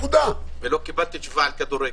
לא קיבלתי תשובה על כדורגל.